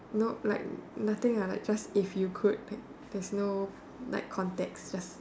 no like nothing lah like just if you could like there's no like context just